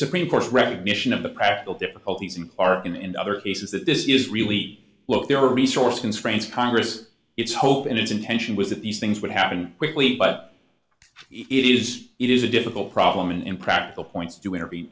supreme court's recognition of the practical difficulties you are in in other cases that this is really look there are resources france congress it's hope and its intention was that these things would happen quickly but it is it is a difficult problem and impractical points to intervene